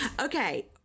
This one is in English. Okay